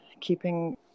keeping